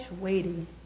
waiting